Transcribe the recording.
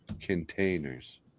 containers